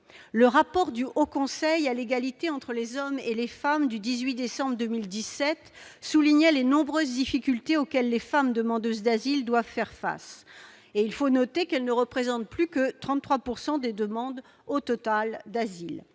Le rapport du Haut Conseil à l'égalité entre les femmes et les hommes du 18 décembre 2017 a souligné les nombreuses difficultés auxquelles les femmes demandeuses d'asile doivent faire face. Notons qu'elles ne représentent que 33 % des demandeurs d'asile.